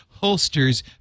holsters